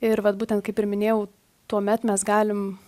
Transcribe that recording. ir vat būtent kaip ir minėjau tuomet mes galim